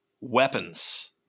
weapons